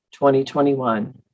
2021